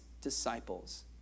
disciples